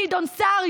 גדעון סער,